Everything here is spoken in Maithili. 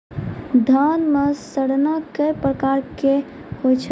धान म सड़ना कै प्रकार के होय छै?